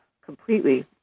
completely